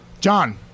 John